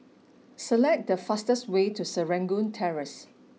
select the fastest way to Serangoon Terrace